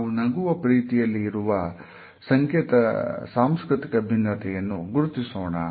ನಾವು ನಗುವ ರೀತಿಯಲ್ಲಿ ಇರುವ ಸಾಂಸ್ಕೃತಿಕ ಭಿನ್ನತೆಯನ್ನು ಗುರುತಿಸೋಣ